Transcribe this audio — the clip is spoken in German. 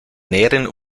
näheren